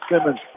Simmons